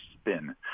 Spin